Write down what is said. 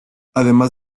además